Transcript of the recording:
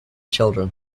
children